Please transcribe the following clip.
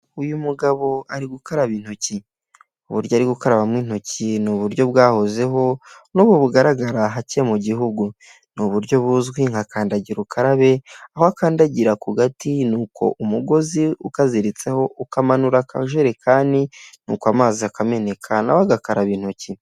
Uyu mugabo ari gukaraba intoki, uburyo ari gukarabamo intoki ni uburyo bwahozeho n'ubu bugaragara hake mu gihugu. Ni uburyo buzwi nka kandagira ukarabe, aho akandagira ku gati nuko umugozi ukaziritseho ukamanura akajerekani, nuko amazi akameneka na we agakaraba intoki.